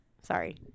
sorry